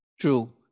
True